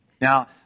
Now